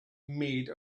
made